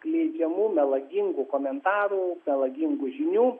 skleidžiamų melagingų komentarų melagingų žinių